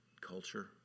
culture